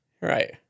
Right